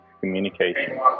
communication